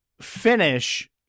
finish